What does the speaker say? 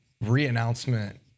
re-announcement